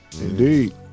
Indeed